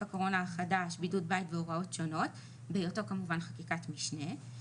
הקורונה החדש) (בידוד בית והוראות שונות) בהיותו כמובן חקיקת משנה.